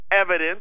evidence